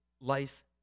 life